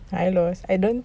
hylos I don't